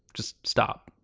just stop.